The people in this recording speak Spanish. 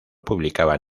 publicaba